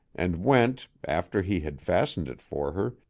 and went, after he had fastened it for her,